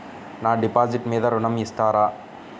నా డిపాజిట్ మీద ఋణం ఇస్తారా?